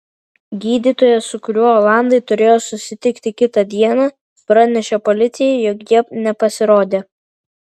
gydytojas su kuriuo olandai turėjo susitikti kitą dieną pranešė policijai jog jie nepasirodė